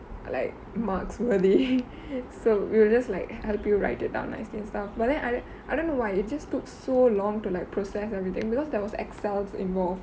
like marks worthy and so we will just like help you write it up nicely and stuff but then I I don't know why it just took so long to like process everything because there was excel involved